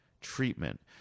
treatment